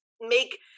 make